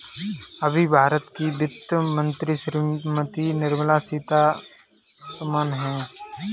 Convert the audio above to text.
अभी भारत की वित्त मंत्री श्रीमती निर्मला सीथारमन हैं